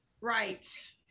right